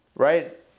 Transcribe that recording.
Right